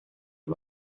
you